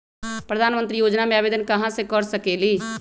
प्रधानमंत्री योजना में आवेदन कहा से कर सकेली?